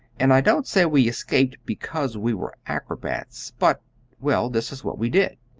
and i don't say we escaped because we were acrobats, but well, this is what we did.